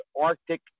Arctic